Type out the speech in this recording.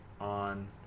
on